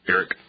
Eric